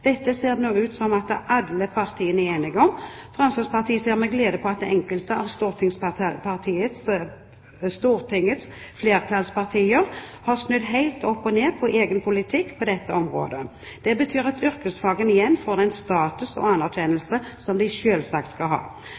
Dette ser det nå ut til at alle partiene er enig i. Fremskrittspartiet ser med glede på at enkelte av stortingsflertallets partier har snudd helt om på egen politikk på dette området. Det betyr at yrkesfagene igjen får den status og anerkjennelse som de selvsagt skal ha.